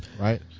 right